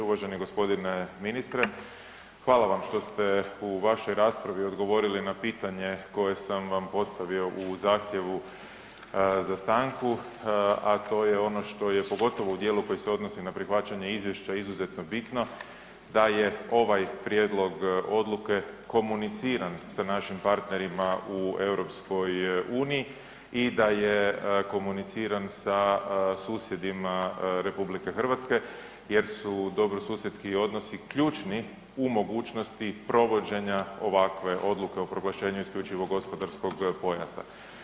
Uvaženi g. ministre, hvala vam što ste u vašoj raspravi odgovorili na pitanje koje sam vam postavio u zahtjevu za stanku, a to je ono što je, pogotovo u dijelu koji se odnosi na prihvaćanje izvješća izuzetno bitno, da je ovaj prijedlog odluke komuniciran sa našim partnerima u EU i da je komuniciran sa susjedima RH jer su dobrosusjedski odnosi ključni u mogućnosti provođenja ovakve odluke o proglašenju IGP-a.